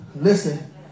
Listen